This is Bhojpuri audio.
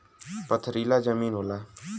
पथरीला जमीन होला